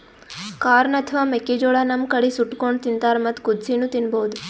corn ಅಥವಾ ಮೆಕ್ಕಿಜೋಳಾ ನಮ್ ಕಡಿ ಸುಟ್ಟಕೊಂಡ್ ತಿಂತಾರ್ ಮತ್ತ್ ಕುದಸಿನೂ ತಿನ್ಬಹುದ್